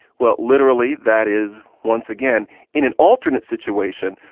well, literally, that is once again in an alternate situation.